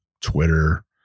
Twitter